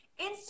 Instagram